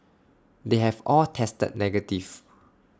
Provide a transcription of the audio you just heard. they have all tested negative